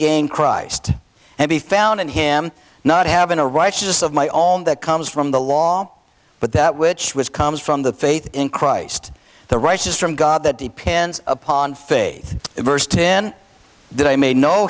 gain christ and be found in him not having a righteous of my own that comes from the law but that which was comes from the faith in christ the righteous from god that depends upon faith versed in that i may know